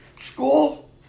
School